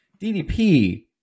DDP